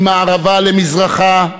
ממערבה למזרחה,